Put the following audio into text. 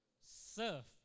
serve